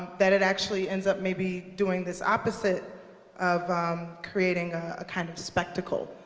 that it actually ends up maybe doing this opposite of creating a kind of spectacle.